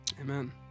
Amen